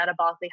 metabolically